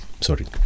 sorry